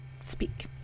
speak